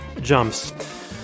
jumps